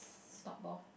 stop orh